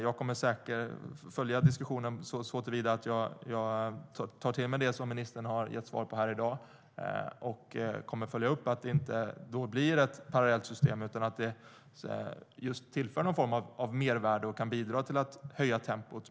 Jag kommer att följa diskussionen såtillvida att jag tar till mig det som ministern har gett svar på i dag och följa upp att det inte blir ett parallellt system, utan att det i stället tillförs någon form av mervärde som kan bidra till att öka tempot.